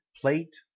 plate